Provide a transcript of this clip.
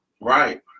right